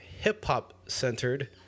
hip-hop-centered